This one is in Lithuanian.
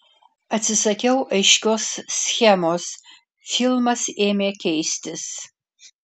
atsisakiau aiškios schemos filmas ėmė keistis